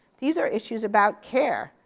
these are issues about care,